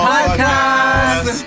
Podcast